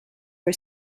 for